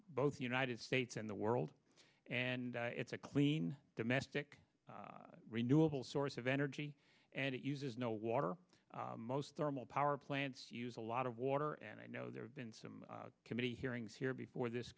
both the united states and the world and it's a clean domestic renewable source of energy and it uses no water most thermal power plants use a lot of water and i know there have been some committee hearings here before this